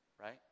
right